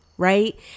right